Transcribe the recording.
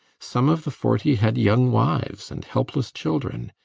some of the forty had young wives and helpless children.